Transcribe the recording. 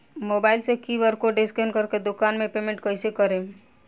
Mobile से QR code scan कर के दुकान मे पेमेंट कईसे करेम?